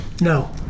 No